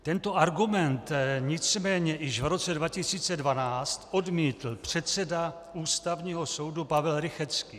Tento argument nicméně již v roce 2012 odmítl předseda Ústavního soudu Pavel Rychetský.